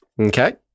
Okay